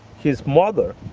his mother